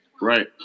Right